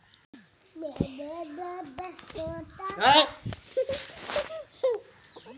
वित्तीय संस्था से व्यवसाय करे खातिर ऋण लेहल जा सकेला